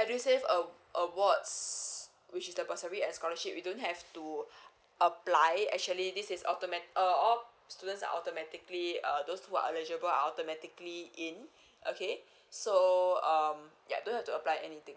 edusave a~ awards which the bursary and scholarship we don't have to apply actually this is automat~ uh all students are automatically uh those who are eligible are automatically in okay so um yeah don't have to apply anything